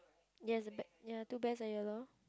yes the bear~ ya two bears are yellow